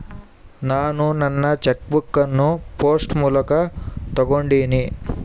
ನಾನು ನನ್ನ cheque book ಅನ್ನು ಪೋಸ್ಟ್ ಮೂಲಕ ತೊಗೊಂಡಿನಿ